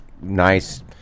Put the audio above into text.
nice